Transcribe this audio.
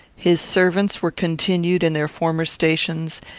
his servants were continued in their former stations,